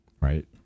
right